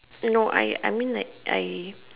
no I I mean like I